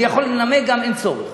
אני יכול לנמק גם, אין צורך.